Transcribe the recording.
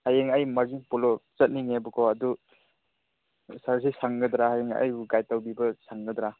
ꯍꯌꯦꯡ ꯑꯩ ꯃꯥꯔꯖꯤꯡ ꯄꯣꯂꯣ ꯆꯠꯅꯤꯡꯉꯦꯕꯀꯣ ꯑꯗꯨ ꯁꯥꯔꯁꯤ ꯁꯪꯒꯗ꯭ꯔꯥ ꯍꯌꯦꯡ ꯑꯩꯕꯨ ꯒꯥꯏꯗ ꯇꯧꯕꯤꯕ ꯁꯪꯒꯗ꯭ꯔꯥ